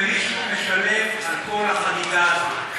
מישהו משלם על כל החגיגה הזאת.